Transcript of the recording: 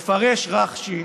מפרש רש"י